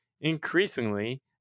increasingly